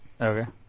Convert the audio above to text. okay